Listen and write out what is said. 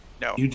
No